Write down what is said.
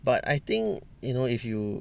but I think you know if you